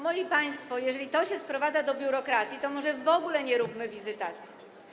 Moi państwo, jeżeli to się sprowadza do biurokracji, to może w ogóle nie róbmy wizytacji.